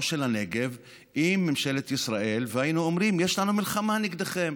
של הנגב עם ממשלת ישראל והיינו אומרים: יש לנו מלחמה נגדכם.